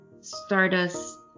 Stardust